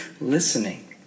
listening